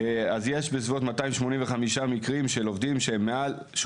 יש בסביבות 285 מקרים של עובדים שהם מעל 16